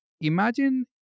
imagine